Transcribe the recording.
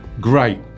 Great